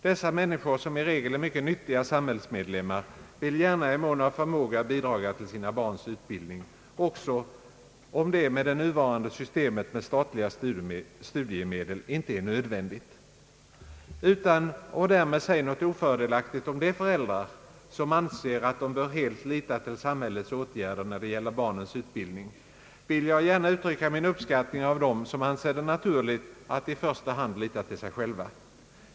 Dessa människor, som i regel är mycket nyttiga samhällsmedlemmar, vill gärna i mån av förmåga bidraga till sina barns utbildning, också om det med nuvarande system beträffande statliga studiemedel inte är nödvändigt. Utan att därmed säga något ofördelaktigt om de föräldrar, som anser att de bör helt lita till samhällets åtgärder när det gäller barnens utbildning, vill jag gärna uttrycka min uppskattning av dem som anser det naturligt att i första hand lita till sig själva.